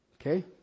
Okay